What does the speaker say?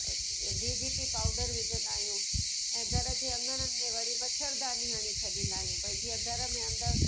D G T powder विझंदा आहियूं ऐं घर में अङण में वरी मछरदानी हणी छॾींदा भाई जीअं घर में अंदरि